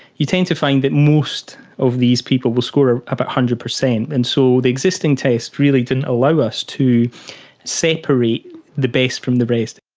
you tend to find that most of these people will score ah about one hundred percent. and so the existing test really didn't allow us to separate the best from the rest.